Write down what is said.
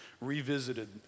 revisited